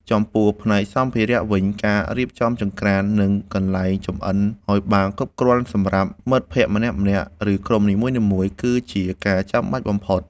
ចំពោះផ្នែកសម្ភារៈវិញ ការរៀបចំចង្ក្រាន និងកន្លែងចម្អិនឱ្យបានគ្រប់គ្រាន់សម្រាប់មិត្តភក្តិម្នាក់ៗ ឬក្រុមនីមួយៗ គឺជាការចាំបាច់បំផុត។